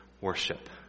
worship